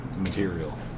material